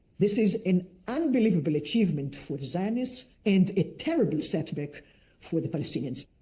this is an unbelievable achievement for the zionists and a terrible setback for the palestinians.